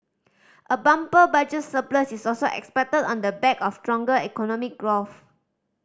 a bumper Budget surplus is also expected on the back of stronger economic growth